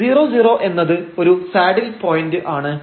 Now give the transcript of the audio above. ഇതിനർത്ഥം 00 എന്നത് ഒരു സാഡിൽ പോയന്റ് ആണ്